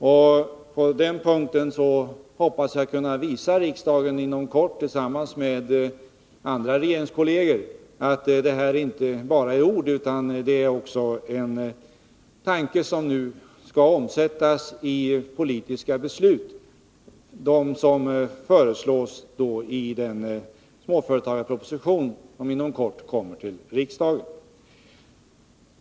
Jag hoppas inom kort, tillsammans med andra regeringskolleger, kunna visa riksdagen att detta inte bara är ord utan också en tanke som skall omsättas i politiska beslut, nämligen genom det som föreslås i den småföretagarproposition som inom kort kommer till riksdagen.